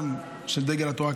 גם של דגל התורה,